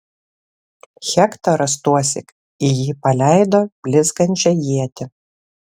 hektoras tuosyk į jį paleido blizgančią ietį